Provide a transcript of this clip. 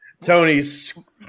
Tony's